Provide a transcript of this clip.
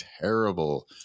terrible